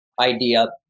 idea